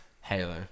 Halo